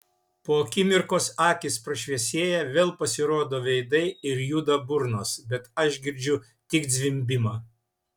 po akimirkos akys prašviesėja vėl pasirodo veidai ir juda burnos bet aš girdžiu tik zvimbimą